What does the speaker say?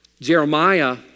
Jeremiah